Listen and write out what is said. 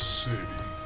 city